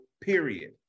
Period